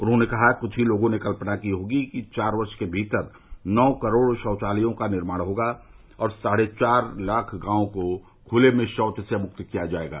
उन्होंने कहा कि कृछ ही लोगों ने कल्पना की होगी कि चार वर्ष के भीतर नौ करोड़ शौचालयों का निर्माण होगा और साढ़े चार लाख गांवों को खुले में शौच से मुक्त किया जायेगा